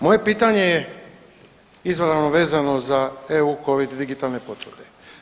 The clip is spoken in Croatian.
Moje pitanje je izravno vezano za eu covid digitalne potvrde.